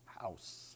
house